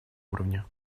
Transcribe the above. уровне